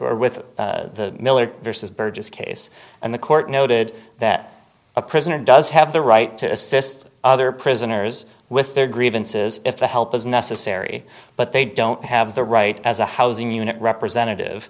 or with the miller vs burgess case and the court noted that a president does have the right to assist other prisoners with their grievances if the help is necessary but they don't have the right as a housing unit representative